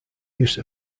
use